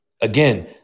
Again